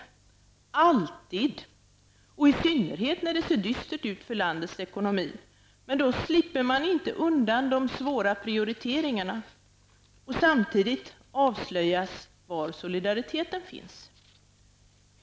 Det måste man alltid vara, och i synnerhet när det ser dystert ut för landets ekonomi. Då slipper man inte undan de svåra prioriteringarna, och samtidigt avslöjas var solidariteten finns.